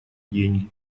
деньги